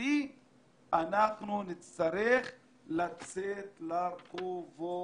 האמיתי אנחנו נצטרך לצאת לרחובות,